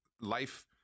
life